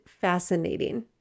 fascinating